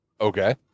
Okay